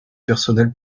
personnel